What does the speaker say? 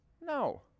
no